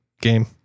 Game